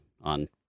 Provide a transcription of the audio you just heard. on